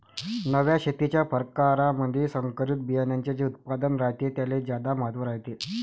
नव्या शेतीच्या परकारामंधी संकरित बियान्याचे जे उत्पादन रायते त्याले ज्यादा महत्त्व रायते